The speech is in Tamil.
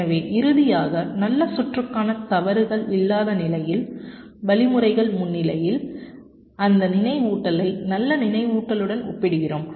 எனவே இறுதியாக நல்ல சுற்றுக்கான தவறுகள் இல்லாத நிலையில் வழிமுறைகள் முன்னிலையில் அந்த நினைவூட்டலை நல்ல நினைவூட்டலுடன் ஒப்பிடுகிறோம்